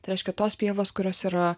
tai reiškia tos pievos kurios yra